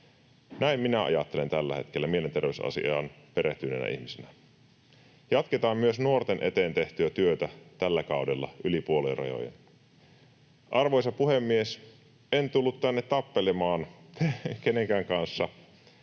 Näin minä ajattelen tällä hetkellä mielenterveysasiaan perehtyneenä ihmisenä. Jatketaan myös nuorten eteen tehtyä työtä tällä kaudella yli puoluerajojen. Arvoisa puhemies! En tullut tänne tappelemaan kenenkään kanssa